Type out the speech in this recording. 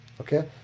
Okay